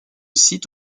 site